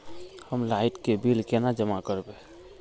हम लाइट के बिल केना जमा करबे?